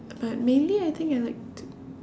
but mainly I think I like